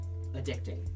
addicting